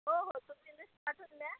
हो हो तुमची लिस पाठवून द्या